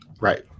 Right